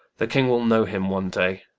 the king will know him one day